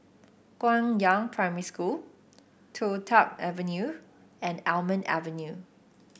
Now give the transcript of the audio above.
Guangyang Primary School Toh Tuck Avenue and Almond Avenue